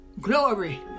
Glory